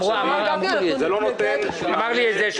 אמרו לי את זה.